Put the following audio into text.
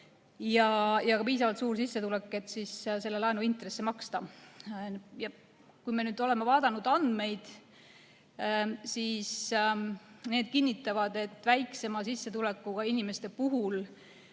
ja ka piisavalt suur sissetulek, et selle laenu intresse maksta. Me oleme vaadanud andmeid. Need kinnitavad, et väiksema sissetulekuga inimeste puhul